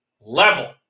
level